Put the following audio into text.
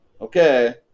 Okay